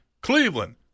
Cleveland